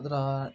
ಅದರ